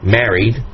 married